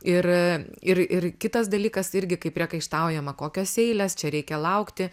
ir ir ir kitas dalykas irgi kai priekaištaujama kokios eilės čia reikia laukti